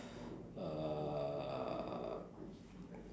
uh